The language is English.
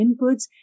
inputs